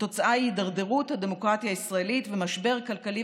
והתוצאה היא הידרדרות הדמוקרטיה הישראלית ומשבר כלכלי